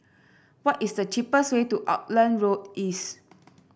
what is the cheapest way to Auckland Road East